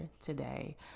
today